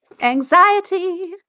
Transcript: anxiety